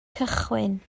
cychwyn